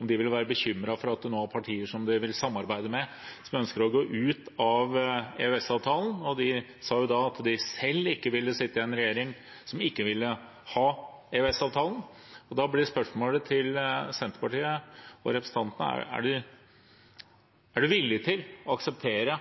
om de ville være bekymret for at partier de nå vil samarbeide med, ønsker å gå ut av EØS-avtalen. Han sa da at de selv ikke ville sitte i en regjering som ikke ville ha EØS-avtalen. Da blir spørsmålet til Senterpartiet og representanten Gjelsvik: Er man villig til å akseptere